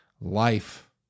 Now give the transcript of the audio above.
life